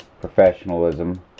professionalism